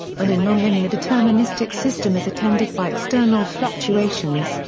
when a nonlinear deterministic system is attended by external fluctuations,